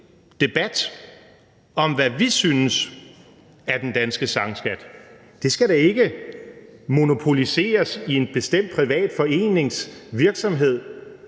debat om, hvad vi synes er den danske sangskat. Det skal da ikke monopoliseres i en bestemt privat forenings virksomhed,